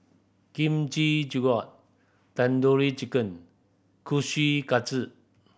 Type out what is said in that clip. Kimchi Jjigae Tandoori Chicken